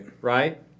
Right